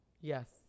Yes